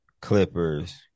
Clippers